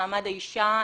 מעמד האישה,